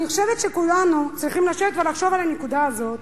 אני חושבת שכולנו צריכים לשבת ולחשוב על הנקודה הזאת